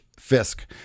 Fisk